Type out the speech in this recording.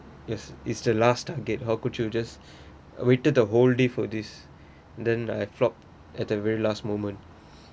yes is the last target how could you just waited the whole day for this then I flopped at the very last moment